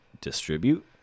distribute